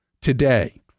today